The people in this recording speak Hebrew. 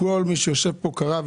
כל מי שיושב פה קרא,